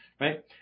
right